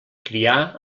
criar